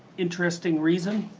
interesting reason?